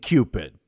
Cupid